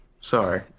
Sorry